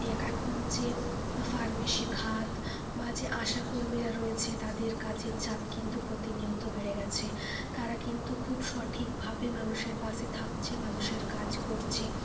এখন যে ফার্মেসি খাত মাঝে আশা কর্মীরা রয়েছে তাদের কাজের চাপ কিন্তু প্রতিনিয়ত বেড়ে গেছে তারা কিন্তু খুব সঠিকভাবে মানুষের পাশে থাকছে মানুষের কাজ করছে